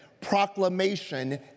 proclamation